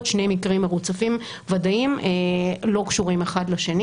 שני מקרים מרוצפים ודאיים לא קשורים זה לזה.